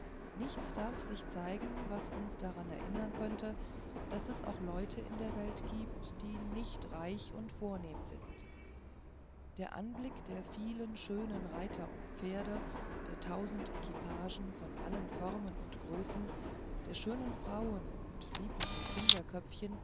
nichts darf sich zeigen was uns daran erinnern könnte daß es auch leute in der welt gibt die nicht reich und vornehm sind der anblick der vielen schönen reiter und pferde der tausend equipagen von allen formen und größen der schönen frauen und lieblichen kinderköpfchen